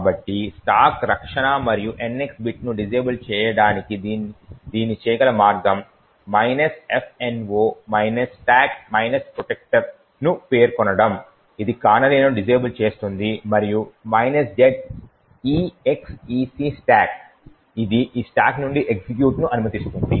కాబట్టి ఈ స్టాక్ రక్షణ మరియు NX బిట్ను డిజేబుల్ చేయడానికి దీన్ని చేయగల మార్గం fno stack protector ను పేర్కొనడం ద్వారా ఇది కానరీలను డిజేబుల్ చేస్తుంది మరియు z execstack ఇది ఆ స్టాక్ నుండి ఎగ్జిక్యూట్ ను అనుమతిస్తుంది